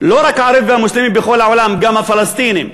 לא רק הערבים והמוסלמים בכל העולם, גם הפלסטינים.